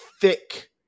thick